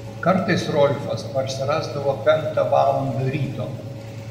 kartais rolfas parsirasdavo penktą valandą ryto